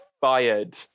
fired